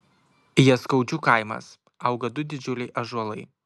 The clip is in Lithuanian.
jaskaudžių kaimas auga du didžiuliai ąžuolai